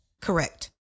Correct